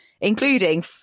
including